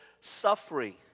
Suffering